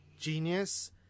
genius